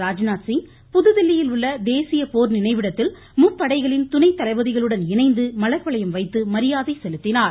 ராஜ்நாத்சிங் புதுதில்லியில் உள்ள தேசிய போர் நினைவிடத்தில் முப்படைகளின் துணை தளபதிகளுடன் இணைந்து மலர்வளையம் வைத்து மரியாதை செலுத்தினர்